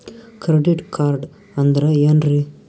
Credit card ಅಂದ್ರ ಏನ್ರೀ?